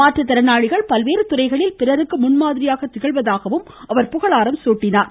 மாற்றுத்திறனாளிகள் பல்வேறு துறைகளில் பிறருக்கு முன்மாதிரியாக திகழ்வதாக அவர் புகழாரம் சூட்டினார்